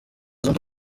zunze